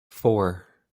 four